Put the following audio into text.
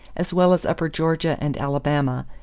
as well as upper georgia and alabama,